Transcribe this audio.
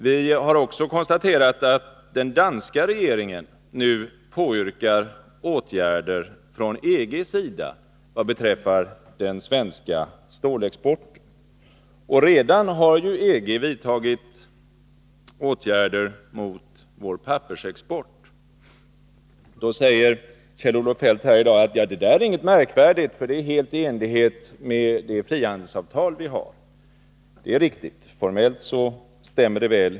Vi har också kunnat konstatera att den danska regeringen nu påyrkar åtgärder från EG:s sida vad beträffar den svenska stålexporten. EG har ju redan vidtagit åtgärder mot vår pappersexport. Men Kjell-Olof Feldt säger här i dag: Ja, det där är inget märkvärdigt, för det är helt i enlighet med det frihandelsavtal som vi har. Ja, det är riktigt, formellt sett.